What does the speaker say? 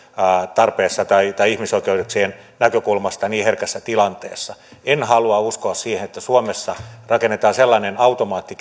tarpeessa tai ihmisoikeuksien näkökulmasta niin herkässä tilanteessa en halua uskoa siihen että suomessa asioita käsittelemään rakennetaan sellainen automaatti